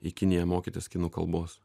į kiniją mokytis kinų kalbos